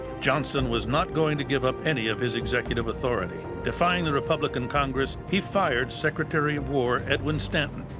johnson was not going to give up any of his executive authority. defying the republican congress, he fired secretary of war edwin stanton,